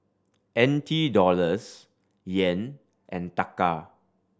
N T Dollars Yen and Taka